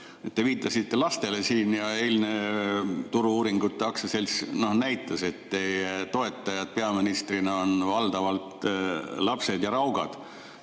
viitasite lastele. Eilne Turu-uuringute AS näitas, et teie toetajad peaministrina on valdavalt lapsed ja raugad,